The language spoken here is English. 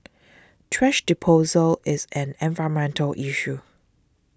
thrash disposal is an environmental issue